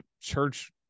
church